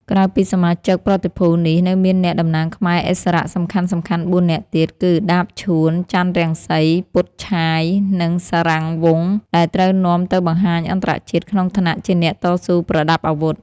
ក្រៅពីសមាជិកប្រតិភូនេះ នៅមានអ្នក តំណាងខ្មែរឥស្សរៈសំខាន់ៗបួននាក់ទៀត គឺដាប ឈួន ចន្ទរង្សី ពុត ឆាយ និង សារាំងវង្ស ដែលត្រូវនាំ ទៅបង្ហាញអន្តរជាតិ ក្នុងឋានៈជាអ្នកតស៊ូប្រដាប់អាវុធ។